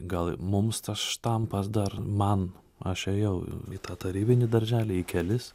gal mums tas štampas dar man aš ėjau į tą tarybinį darželį į kelis